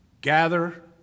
gather